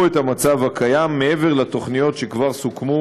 את המצב הקיים מעבר לתכניות שכבר סוכמו